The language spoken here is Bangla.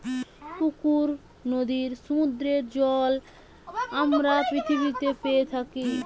পুকুর, নদীর, সমুদ্রের জল আমরা পৃথিবীতে পেয়ে থাকি